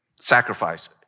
Sacrifice